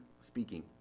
speaking